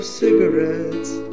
cigarettes